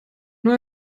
nur